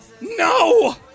No